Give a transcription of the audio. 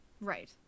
Right